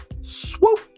Swoop